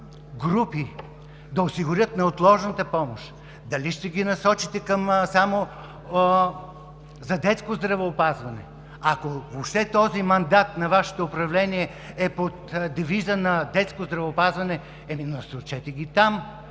групи да осигурят неотложната помощ, дали ще ги насочите само за детско здравеопазване? Ако въобще мандатът на Вашето управление е под девиза на детското здравеопазване, насочете ги там,